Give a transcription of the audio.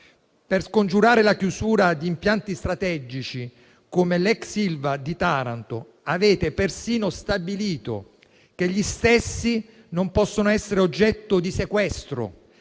Per scongiurare la chiusura di impianti strategici come l'ex Ilva di Taranto, avete persino stabilito che gli stessi non possano essere oggetto di sequestro